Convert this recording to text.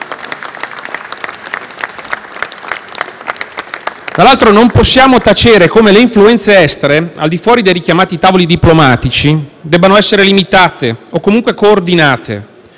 Dall'altro, non possiamo tacere come le influenze estere, al di fuori dei richiamati tavoli diplomatici, debbano essere limitate o comunque coordinate